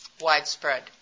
widespread